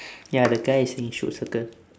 ya the guy is saying shoot circle